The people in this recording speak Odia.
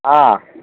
ହଁ